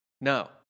no